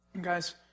Guys